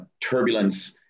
turbulence